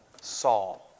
Saul